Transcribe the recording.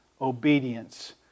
obedience